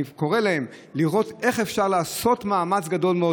אני קורא להם לראות איך אפשר לעשות מאמץ גדול מאוד,